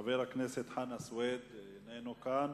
חבר הכנסת חנא סוייד איננו כאן